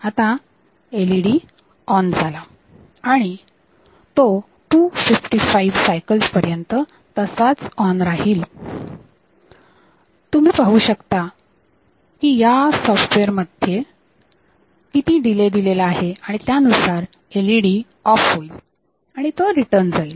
आता LED on झाला आणि तो 255 सायकल्स पर्यंत तसाच ऑन राहील तुम्ही पाहू शकता की या सॉफ्टवेअर मध्ये किती डीले दिलेला आहे आणि त्यानुसार एलईडी ऑफ होईल आणि ते रिटर्न जाईल